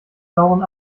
sauren